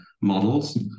models